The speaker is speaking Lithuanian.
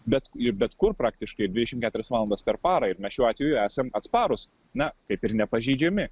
bet ir bet kur praktiškai dvidešim keturias valandas per parą ir mes šiuo atveju esam atsparūs na kaip ir nepažeidžiami